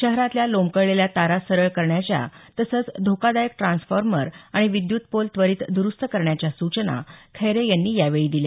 शहरातल्या लोंबकळलेल्या तारा सरळ करण्याच्या तसंच धोकादायक ट्रान्सफार्मर आणि विद्युत पोल त्वरित दरुस्त करण्याच्या सूचना खैरे यांनी यावेळी दिल्या